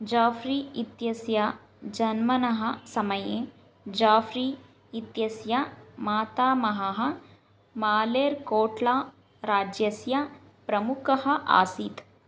जाफ़्री इत्यस्य जन्मनः समये जाफ़्री इत्यस्य मातामहः मालेर्कोट्लाराज्यस्य प्रमुखः आसीत्